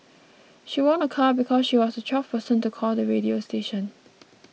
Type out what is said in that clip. she won a car because she was the twelfth person to call the radio station